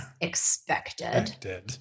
expected